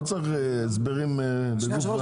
לא צריך הסברים --- היושב-ראש,